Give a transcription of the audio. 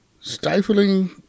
stifling